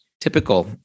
typical